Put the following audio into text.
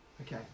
Okay